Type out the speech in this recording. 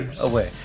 away